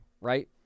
right